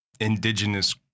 indigenous